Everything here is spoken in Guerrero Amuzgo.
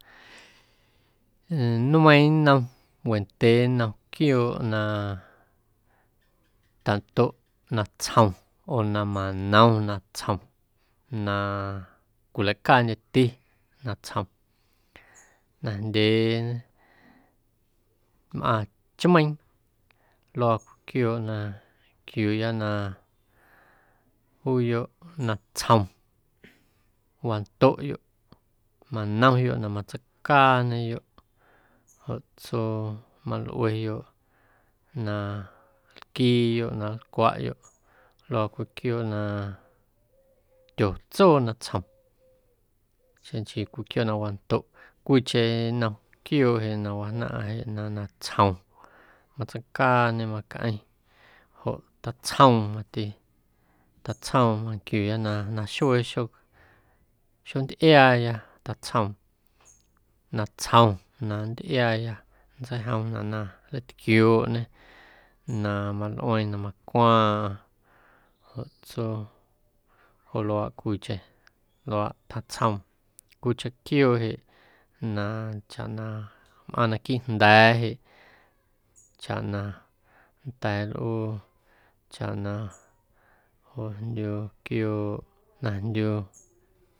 Nmeiiⁿ nnom wendyee nnom quiooꞌ na tandoꞌ natsjom oo na manom natsjom na cwilacaandyeti natsjom. Najndyee mꞌaaⁿ chmeiiⁿ luaa cwii quiooꞌ na nquiuuya na juuyoꞌ natsjom wandoꞌ, manomyoꞌ, na matseicaañeyoꞌ, joꞌ tsuu malꞌueyoꞌ na nlquiiyoꞌ na nlcwaꞌyoꞌ luaa cwii quiooꞌ na tyotsoo natsjom xeⁿ nchii cwii quiooꞌ na wandoꞌ, cwiicheⁿ nnom quiooꞌ jeꞌ na wajnaⁿꞌa jeꞌ na natsjom matseicaañe, macꞌeⁿ joꞌ tatsjoom mati, tatsjoom manquiuuna naxuee xo xontꞌiaaya tatsjoom natsjom na nntꞌiaaya nntseijomnaꞌ na nleitquiooꞌñe na malꞌueeⁿ na macwaaⁿꞌaⁿ joꞌ tsuu joꞌ luaꞌ cwiicheⁿ luaa tjaⁿtsjoom, cwiicheⁿ quiooꞌ jeꞌ na chaꞌ na mꞌaaⁿ naquiiꞌ jnda̱a̱ jeꞌ chaꞌ na nnda̱a̱ nlꞌuu chaꞌ na joꞌjndyu quiooꞌ na jndyu.